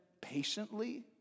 patiently